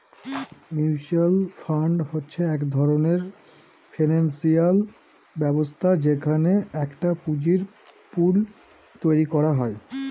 mutual fund হচ্ছে এক ধরনের ফিনান্সিয়াল ব্যবস্থা যেখানে একটা পুঁজির পুল তৈরী করা হয়